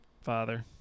father